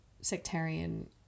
sectarian